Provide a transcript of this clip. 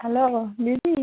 hello দিদি